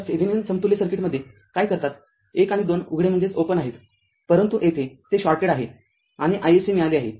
तरथेविनिन समतुल्य सर्किटमध्ये काय करतात १ आणि २ उघडे आहेत परंतु येथे ते शॉर्टेड आहे आणि iSC मिळाले आहे